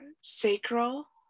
sacral